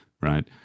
right